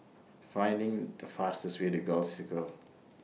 finding The fastest Way to Gul Circle